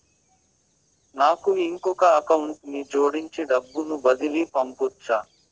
నాకు ఇంకొక అకౌంట్ ని జోడించి డబ్బును బదిలీ పంపొచ్చా?